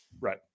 Right